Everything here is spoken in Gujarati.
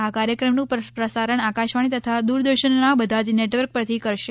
આ કાર્યક્રમનું પ્રસારણ આકાશવાણી તથા દૂરદર્શનના બધા જ નેટવર્ક પરથી કરશે